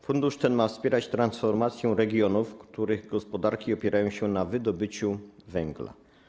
Fundusz ten ma wspierać transformację regionów, których gospodarki opierają się na wydobyciu węgla.